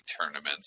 tournaments